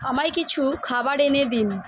আমায় কিছু খাবার এনে দিন